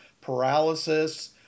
Paralysis